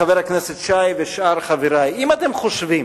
חבר הכנסת שי ושאר חברי, אם אתם חושבים